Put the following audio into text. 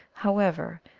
however,